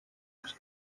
bye